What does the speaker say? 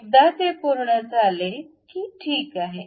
एकदा ते पूर्ण झाले की ठीक आहे